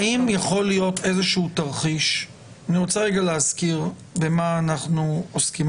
אני רוצה להזכיר במה אנחנו עוסקים.